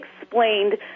explained